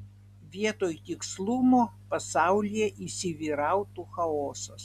vietoj tikslumo pasaulyje įsivyrautų chaosas